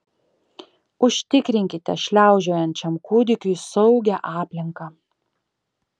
užtikrinkite šliaužiojančiam kūdikiui saugią aplinką